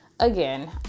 Again